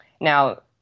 Now